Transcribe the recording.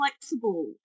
flexible